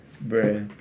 bro